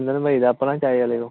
ਵਾਲੇ ਕੋ